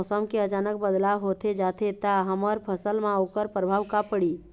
मौसम के अचानक बदलाव होथे जाथे ता हमर फसल मा ओकर परभाव का पढ़ी?